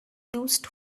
used